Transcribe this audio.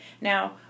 Now